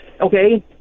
okay